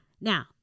Now